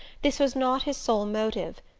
this was not his sole motive.